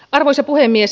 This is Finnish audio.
arvoisa puhemies